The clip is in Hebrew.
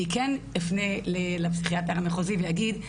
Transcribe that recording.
אני כן אפנה לפסיכיאטר המחוזי ואגיד,